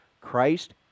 Christ